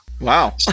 Wow